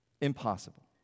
Impossible